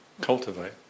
cultivate